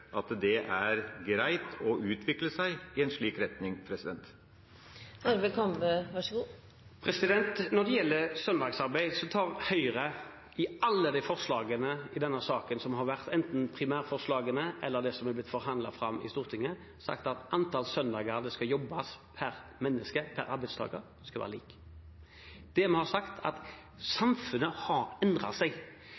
at det er greit at det utvikler seg i en slik retning? Når det gjelder søndagsarbeid, har Høyre i alle forslagene i denne saken, enten primærforslagene eller det som er blitt forhandlet fram i Stortinget, sagt at antall søndager det skal jobbes per arbeidstaker, skal være likt. Det vi har sagt, er at samfunnet har endret seg,